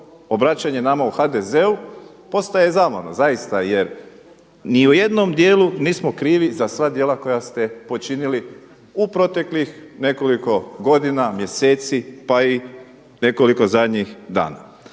obraćanje nama u HDZ-u postaje zamorno zaista, jer ni u jednom dijelu nismo krivi za sva djela koja ste počinili u proteklih nekoliko godina, mjeseci pa i nekoliko zadnjih dana.